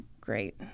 Great